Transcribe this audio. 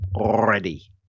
Ready